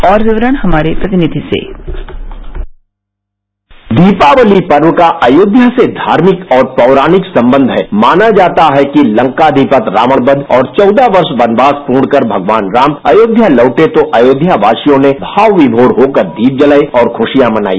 और विकरण हमारे प्रतिनिधि से दीपावली पर्व का अयोध्या से धार्मिक और पौराणिक सम्बन्ध हैमाना जाता है कि लंकाघिपति रावण बघ और चौदह वर्ष बनवास पूर्ण कर भगवन राम अयोध्या लौटे तो अयोध्या वासियों ने भाकविमोर होकर दीप जलाये और खुशियों मनाई